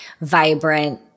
vibrant